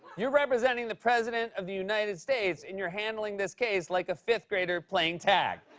you're representing the president of the united states, and you're handling this case like a fifth grader playing tag.